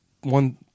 one